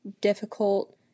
difficult